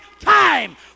time